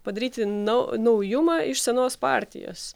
padaryti nau naujumą iš senos partijos